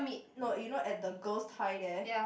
no you know at the girl's tie there